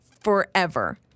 forever